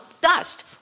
dust